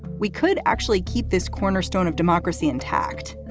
we could actually keep this cornerstone of democracy intact.